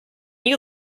you